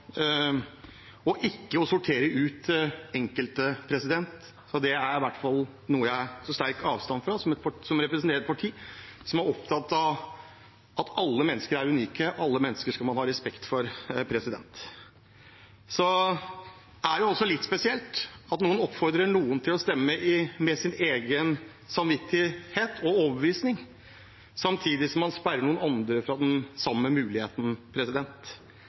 sortere ut enkelte. Det er i hvert fall noe jeg tar sterkt avstand fra, som representant for et parti som er opptatt av at alle mennesker er unike, og alle mennesker skal man ha respekt for. Så er det også litt spesielt at man oppfordrer noen til å stemme i tråd med sin egen samvittighet og overbevisning, samtidig som man sperrer andre fra den samme muligheten.